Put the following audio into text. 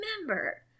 remember